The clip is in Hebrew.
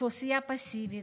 אוכלוסייה פסיבית,